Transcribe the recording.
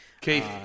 Keith